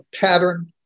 pattern